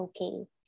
okay